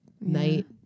night